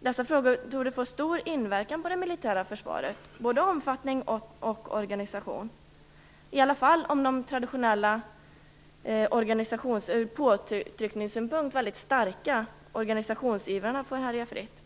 Dessa frågor torde få stor inverkan på det militära försvaret, både vad gäller omfattning och organisation, i alla fall om de traditionella ur påtryckningssynpunkt väldigt starka organisationsivrarna får härja fritt.